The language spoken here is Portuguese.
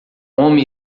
homem